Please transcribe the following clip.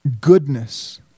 goodness